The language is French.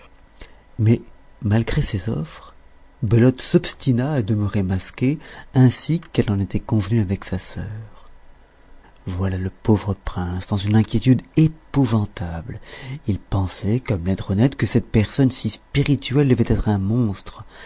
mais malgré ces offres belote s'obstina à demeurer masquée ainsi qu'elle en était convenue avec sa sœur voilà le pauvre prince dans une inquiétude épouvantable il pensait comme laidronette que cette personne si spirituelle devait être un monstre